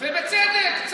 ובצדק.